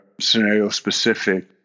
scenario-specific